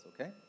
okay